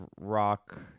rock